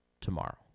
tomorrow